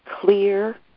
clear